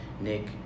nick